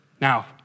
Now